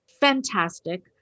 fantastic